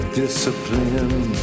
discipline